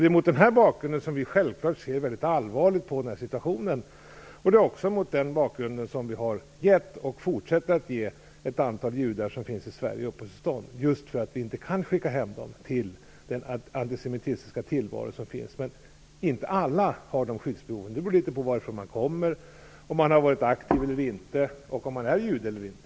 Det är mot det bakgrunden som vi självfallet ser mycket allvarligt på situationen. Det är också mot den bakgrunden som vi har gett och fortsätter att ge ett antal judar som finns i Sverige uppehållstillstånd, just därför att vi inte kan skicka hem dem till den antisemitiska tillvaro som finns. Men alla har inte de skyddsbehoven. Det beror litet grand på varifrån man kommer, om man har varit aktiv eller inte och om man är jude eller inte.